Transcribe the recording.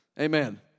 Amen